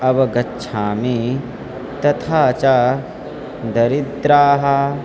अवगच्छामि तथा च दरिद्राः